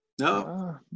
No